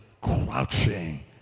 crouching